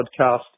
podcast